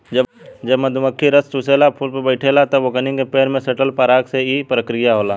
जब मधुमखी रस चुसेला फुल पर बैठे ले तब ओकनी के पैर में सटल पराग से ई प्रक्रिया होला